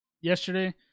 yesterday